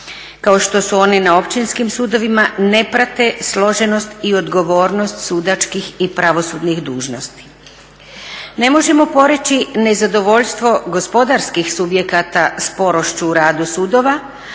kao što su oni na općinskim sudovima ne prate složenost i odgovornost sudačkih i pravosudnih dužnosnika. Ne možemo poreći nezadovoljstvo gospodarskih subjekata sporošću u radu sudova,